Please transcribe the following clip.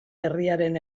herriaren